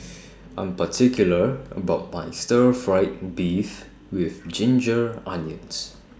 I'm particular about My Stir Fried Beef with Ginger Onions